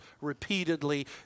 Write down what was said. repeatedly